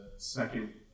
Second